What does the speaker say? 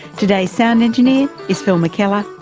today's sound engineer is phil mckellar.